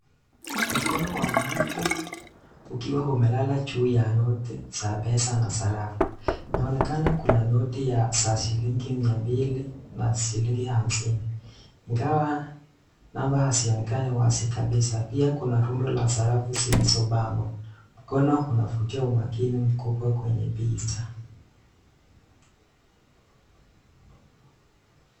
Mkono wa mtu ukiwa umelala juu ya noti za pesa na sarafu. Inaonekana kuna noti za shilingi mia mbili na shilingi hamsini. Ingawa namba hazionekani wazi kabisa. Pia kuna tundu la sarafu zilizopangwa. Mkono unavutia umaakini mkubwa kwenye picha.